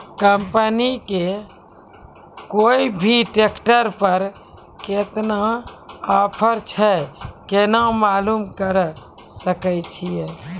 Company के कोय भी ट्रेक्टर पर केतना ऑफर छै केना मालूम करऽ सके छियै?